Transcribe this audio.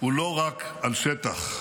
הוא לא רק על שטח,